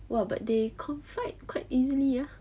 !wah! but they confide quite easily ah